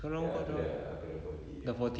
ya aku sudah aku sudah forty ya